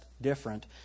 different